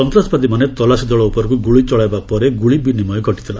ସନ୍ତାସବାଦୀମାନେ ତଲାସି ଦଳ ଉପରକୁ ଗୁଳି ଚଳାଇବା ପରେ ଗୁଳି ବିନିମୟ ଘଟିଥିଲା